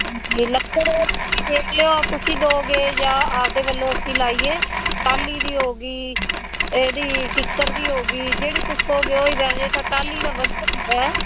ਹਾਂਜੀ ਲੱਕੜ ਦੇਖ ਲਿਓ ਤੁਸੀਂ ਦਿਓਗੇ ਜਾਂ ਆਪਣੇ ਵੱਲੋਂ ਅਸੀਂ ਲਾਈਏ ਟਾਹਲੀ ਦੀ ਹੋ ਗਈ ਇਹਦੀ ਕਿੱਕਰ ਦੀ ਹੋ ਗਈ ਜਿਹੜੀ ਤੁਸੀਂ ਕਹੋਗੇ ਉਹ ਹੀ ਵੈਸੇ ਤਾਂ ਟਾਹਲੀ ਦਾ ਵਧੀਆ ਹੁੰਦਾ ਆ